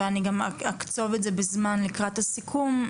ואני גם אקצוב את זה בזמן לקראת הסיכום,